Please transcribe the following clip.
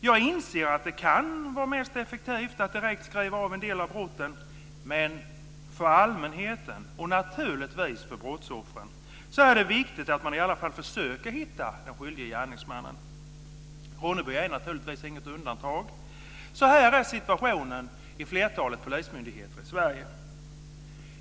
Jag inser att det kan vara mest effektivt att direkt skriva av en del av brotten, men för allmänheten och naturligtvis för brottsoffren är det viktigt att i alla fall försöka hitta den skyldige gärningsmannen. Ronneby är naturligtvis inget undantag. Så här är situationen hos flertalet polismyndigheter i Sverige.